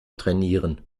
trainieren